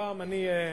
הפעם אני,